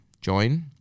join